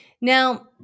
Now